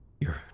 You're